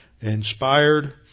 inspired